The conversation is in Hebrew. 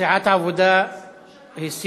סיעת העבודה הסירה.